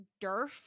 derf